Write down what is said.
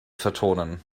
vertonen